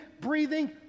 breathing